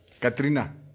Katrina